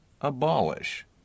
abolish